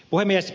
puhemies